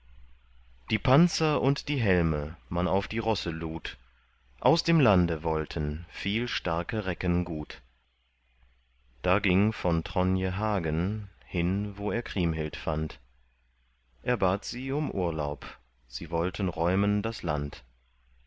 die panzer und die helme man auf die rosse lud aus dem lande wollten viel starke recken gut da ging von tronje hagen hin wo er kriemhild fand er bat sie um urlaub sie wollten räumen das land